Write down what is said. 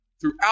throughout